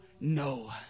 no